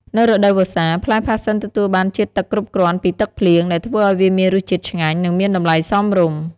នៅរដូវវស្សា ផ្លែផាសសិនទទួលបានជាតិទឹកគ្រប់គ្រាន់ពីទឹកភ្លៀង ដែលធ្វើឲ្យវាមានរសជាតិឆ្ងាញ់ និងមានតម្លៃសមរម្យ។